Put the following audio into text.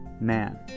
man